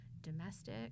domestic